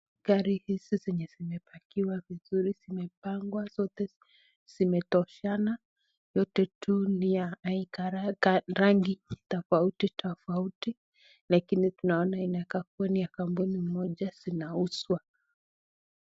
Gari hizi zenye zimepakiwa vizuri zimepangwa, zote zimetoshana. Yote tu ni ya rangi tofauti tofauti. Lakini tunaona inakaa ni ya kampuni moja zinauzwa.